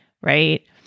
right